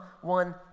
one